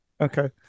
Okay